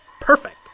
Perfect